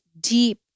deep